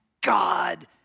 God